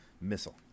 missile